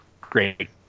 great